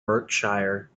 berkshire